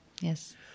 yes